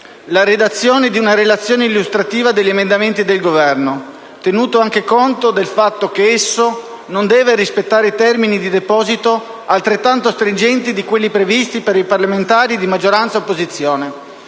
la redazione di una relazione illustrativa degli emendamenti del Governo, tenuto anche conto del fatto che esso non deve rispettare termini di deposito altrettanto stringenti quanto quelli previsti per i parlamentari di maggioranza e di opposizione.